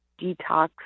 detox